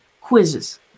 quizzes